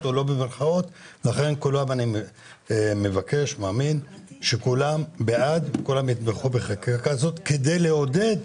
לכן אני מבקש ומאמין שכולם יתמכו בחקיקה כזו כדי לעודד